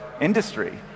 industry